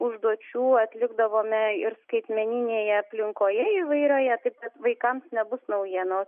užduočių atlikdavome ir skaitmeninėje aplinkoje įvairioje taip vaikams nebus naujienų